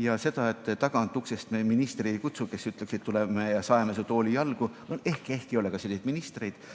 Ja tagantuksest me ministreid ei kutsu, kes ütleks, et me tuleme ja saeme su tooli jalgu. Ehk ei ole ka selliseid ministreid.